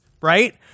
Right